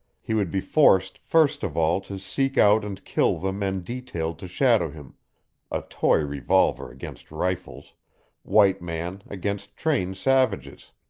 he would be forced first of all to seek out and kill the men detailed to shadow him a toy revolver against rifles white man against trained savages.